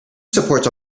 supports